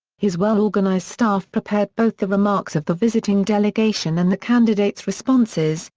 his well-organized staff prepared both the remarks of the visiting delegation and the candidate's responses,